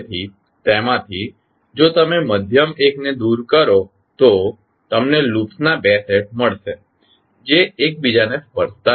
તેથી તેમાંથી જો તમે મધ્યમ એકને દૂર કરો તો તમને લૂપ્સના બે સેટ મળશે જે એકબીજાને સ્પર્શતા નથી